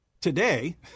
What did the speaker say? today